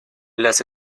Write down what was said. las